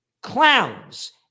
Clowns